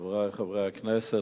חברי חברי הכנסת,